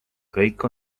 kõik